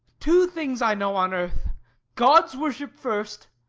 two things i know on earth god's worship first